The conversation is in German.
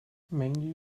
mandy